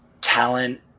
talent